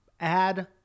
Add